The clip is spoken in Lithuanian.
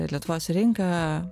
lietuvos rinka